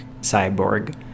cyborg